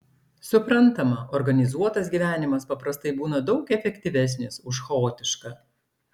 suprantama organizuotas gyvenimas paprastai būna daug efektyvesnis už chaotišką